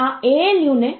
તે સૌથી નોંધપાત્ર અંક છે